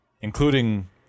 including